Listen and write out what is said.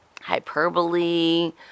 hyperbole